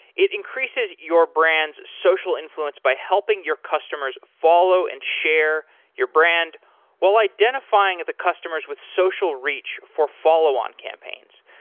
it increases your brand's social influence by helping your customers follow and share your brand while identifying the customers with social reach for follow on campaigns.